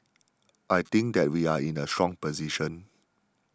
I think that we are in a strong position